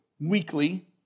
weekly